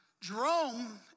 Jerome